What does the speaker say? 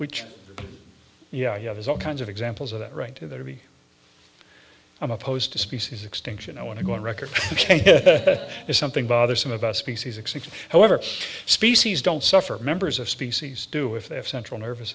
which yeah yeah there's all kinds of examples of that right there be i'm opposed to species extinction i want to go on record which is something bothersome about species extinction however species don't suffer members of species do if they have central nervous